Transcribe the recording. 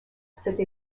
cette